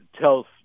tells